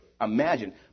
imagine